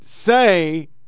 Say